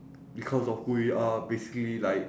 because of who we are basically like